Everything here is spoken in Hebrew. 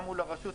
גם מול הרשות,